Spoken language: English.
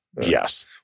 Yes